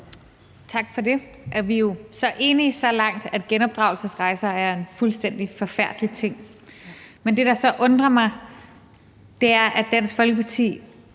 Tak for det. Vi er jo enige så langt, at genopdragelsesrejser er en fuldstændig forfærdelig ting. Men det, der så undrer mig, er, at Dansk Folkeparti